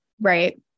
Right